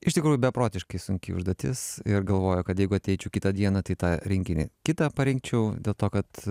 iš tikrųjų beprotiškai sunki užduotis ir galvoju kad jeigu ateičiau kitą dieną tai tą rinkinį kitą parinkčiau dėl to kad